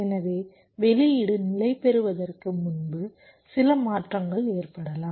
எனவே வெளியீடு நிலைபெறுவதற்கு முன்பு சில மாற்றங்கள் ஏற்படலாம்